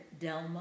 Delma